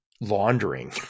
laundering